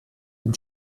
den